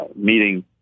meeting